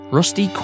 Rusty